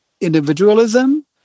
individualism